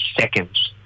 seconds